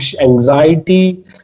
anxiety